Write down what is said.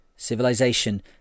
Civilization